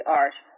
art